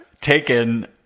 taken